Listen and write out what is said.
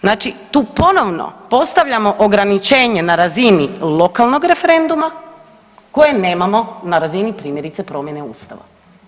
Znači tu ponovno postavljamo ograničenje na razini lokalnog referenduma koje nemamo na razini primjerice promjene Ustava.